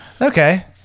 Okay